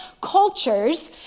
cultures